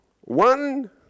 One